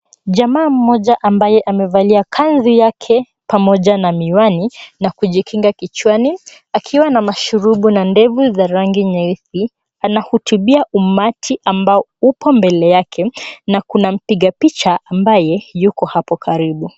Jamaa mmoja ambaye amevalia kanzu yake pamoja na miwani na kujikinga kichwani akiwa na mashurubu na ndevu za rangi nyeusi anahutubia umati ambao upo mbele yake na kuna mpiga picha ambaye yuko hapo karibu.